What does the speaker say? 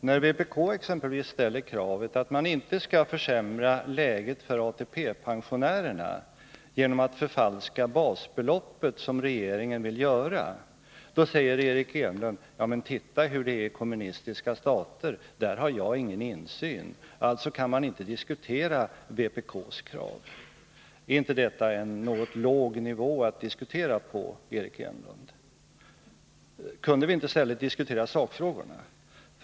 Herr talman! När vpk ställer exempelvis kravet att man inte skall försämra läget för ATP-pensionärerna genom att förfalska basbeloppet, något som regeringen vill göra, då säger Eric Enlund: Ja, men titta hur det är i kommunistiska stater! Där har jag ingen insyn, och alltså kan man inte diskutera vpk:s krav. Ärinte detta en något låg nivå att diskutera på, Eric Enlund? Kunde vi inte i stället diskutera sakfrågorna?